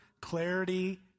clarity